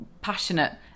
passionate